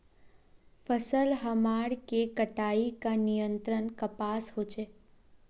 फसल हमार के कटाई का नियंत्रण कपास होचे?